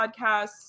podcasts